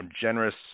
generous